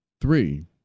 Three